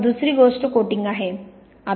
तर दुसरी गोष्ट कोटिंग आहे